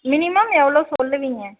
minimum எவ்வளோ சொல்லுவீங்க